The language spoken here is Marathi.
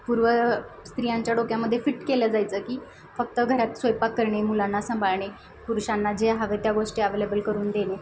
पूर्व स्त्रियांच्या डोक्यामध्ये फिट केलं जायचं की फक्त घरात स्वयंपाक करणे मुलांना सांभाळणे पुरुषांना जे हव्या त्या गोष्टी अवेलेबल करून देणे